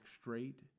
straight